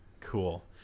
Cool